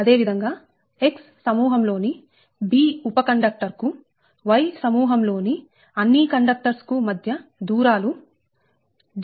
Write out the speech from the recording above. అదేవిధంగా X సమూహం లోని 'b' ఉప కండక్టర్ కు Y సమూహం లోని అన్ని కండక్టర్స్ కు మధ్య దూరాలు Dba Dbb